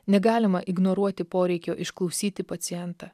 negalima ignoruoti poreikio išklausyti pacientą